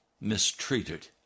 mistreated